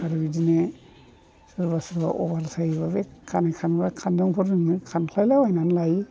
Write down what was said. आरो बिदिनो सोरबा सोरबा अभार सायोब्ला बे खानाय खानग्रा खानजंफोरजोंनो खानख्लायलाबायनानै लायो